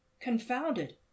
confounded